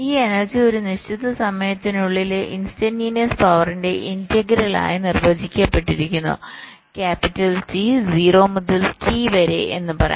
ഈ എനർജി ഒരു നിശ്ചിത സമയത്തിനുള്ളിലെ ഇൻസ്റ്റന്റിനിയസ് പവറിന്റെ ഇന്റഗ്രൽ ആയി നിർവചിക്കപ്പെട്ടിരിക്കുന്നു ക്യാപിറ്റൽT 0 മുതൽ T വരെ എന്ന് പറയാം